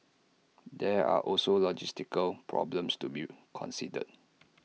there are also logistical problems to be considered